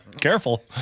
Careful